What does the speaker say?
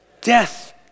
Death